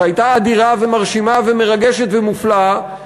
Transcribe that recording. שהייתה אדירה ומרשימה ומרגשת ומופלאה,